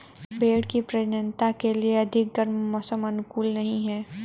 भेंड़ की प्रजननता के लिए अधिक गर्म मौसम अनुकूल नहीं है